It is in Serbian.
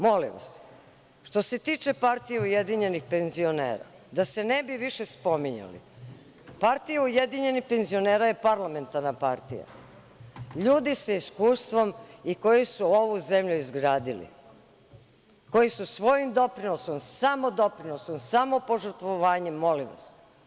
Molim vas, što se tiče partije Ujedinjenih penzionera, da se ne bi više spominjali, partija Ujedinjenih penzionera je parlamentarna partija, ljudi sa iskustvom i koji su ovu zemlju izgradili, koji su svojim doprinosom, samo doprinosom, samo požrtvovanjem, molim vas.